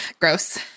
gross